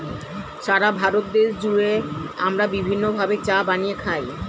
সারা ভারত দেশ জুড়ে আমরা বিভিন্ন ভাবে চা বানিয়ে খাই